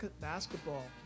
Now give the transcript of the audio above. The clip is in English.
basketball